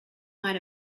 might